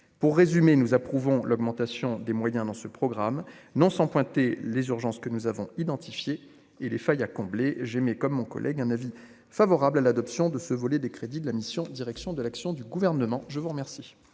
pour résumer, nous approuvons l'augmentation des moyens dans ce programme, non sans pointer les urgences que nous avons identifiés et les failles à combler, j'aimais comme mon collègue, un avis favorable à l'adoption de ce volet des crédits de la mission Direction de l'action du gouvernement, je vous remercie.